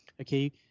okay